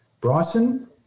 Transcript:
Bryson